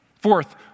Fourth